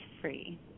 free